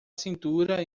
cintura